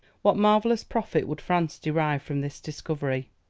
what marvellous profit would france derive from this discovery!